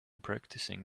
practicing